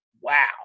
Wow